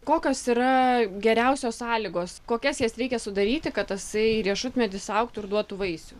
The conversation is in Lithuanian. kokios yra geriausios sąlygos kokias jas reikia sudaryti kad tasai riešutmedis augtų ir duotų vaisių